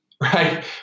Right